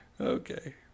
Okay